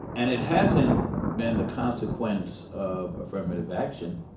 and it hasn't been the consequence of affirmative action.